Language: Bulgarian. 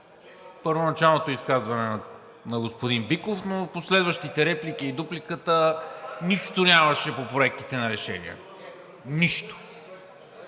първоначалното изказване на господин Биков, но в последващите реплики и дупликата нищо нямаше по проектите на решения! Нищо!